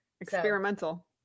experimental